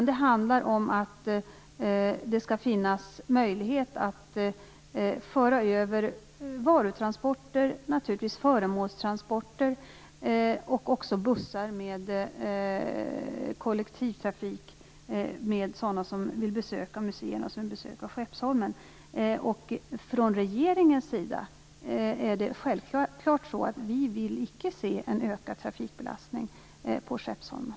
Det handlar om att det skall finnas möjlighet att föra över varutransporter och naturligtvis föremålstransporter och också bussar i kollektivtrafik med sådana som vill besöka museerna och Skeppsholmen. Vi vill från regeringens sida självfallet icke se en ökad trafikbelastning på Skeppsholmen.